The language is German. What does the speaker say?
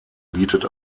bietet